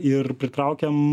ir pritraukiam